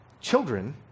children